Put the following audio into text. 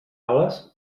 ales